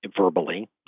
verbally